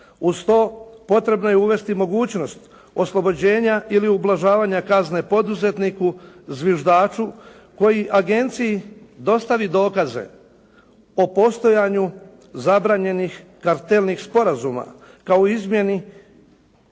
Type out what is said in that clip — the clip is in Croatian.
Uz to potrebno je uvesti mogućnost oslobođenja ili ublažavanja kazne poduzetniku zviždaču koji agenciji dostavi dokaze o postojanju zabranjenih kartelnih sporazuma kao izmjeni